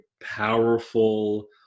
powerful